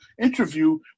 interview